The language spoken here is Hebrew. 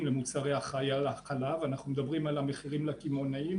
למוצרי החלב אנחנו מדברים על המחירים לקמעונאים